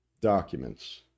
documents